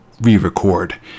re-record